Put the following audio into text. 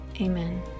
Amen